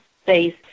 space